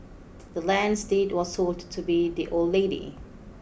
the land's deed was sold to be the old lady